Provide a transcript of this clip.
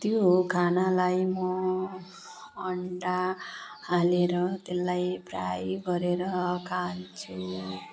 त्यो खानालाई म अन्डा हालेर त्यसलाई फ्राई गरेर खान्छु